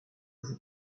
vous